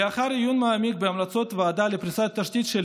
לאחר עיון מעמיק בהמלצות הוועדה לפריסת התשתית של